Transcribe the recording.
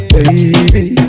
Baby